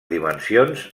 dimensions